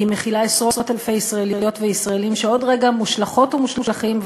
היא מכילה עשרות אלפי ישראליות וישראלים שעוד רגע מושלכות ומושלכים,